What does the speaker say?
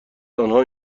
آنها